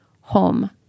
home